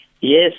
yes